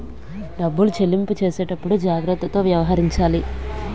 డబ్బులు చెల్లింపు చేసేటప్పుడు జాగ్రత్తతో వ్యవహరించాలి